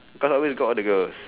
cause I always got all the girls